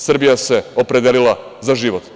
Srbija se opredelila za život.